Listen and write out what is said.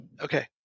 okay